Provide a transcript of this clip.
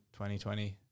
2020